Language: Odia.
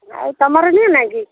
ଆଉ ତମର ନିଅ ନାହିଁ କି